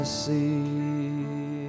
see